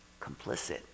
complicit